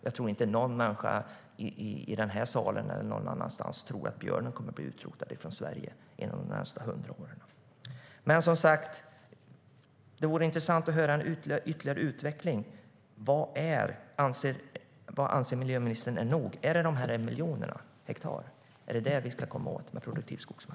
Jag tror inte att någon människa i den här salen eller någon annanstans tror att björnen kommer att bli utrotad från Sverige inom de närmaste 100 åren. Det vore som sagt intressant att höra en ytterligare utveckling av vad miljöministern anser vara nog. Är det denna en miljon hektar som vi ska komma åt med produktiv skogsmark?